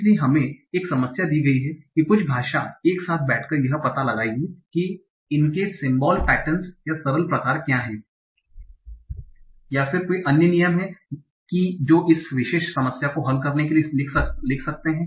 इसलिए हमें एक समस्या दी गई है कि कुछ भाषा एक साथ बैठकर यह पता लगाएगी कि इनके सिमबोल पेटर्न्स या सरल प्रकार क्या हैं या फिर कोई अन्य नियम हैं कि जो इस विशेष समस्या को हल करने के लिए लिख सकता है